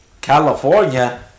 california